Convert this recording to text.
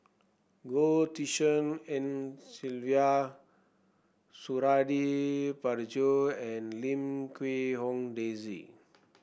Goh Tshin En Sylvia Suradi Parjo and Lim Quee Hong Daisy